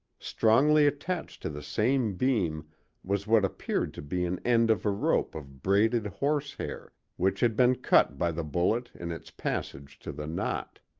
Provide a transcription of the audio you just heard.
strongly attached to the same beam was what appeared to be an end of a rope of braided horsehair, which had been cut by the bullet in its passage to the knot.